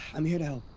i'm here to help.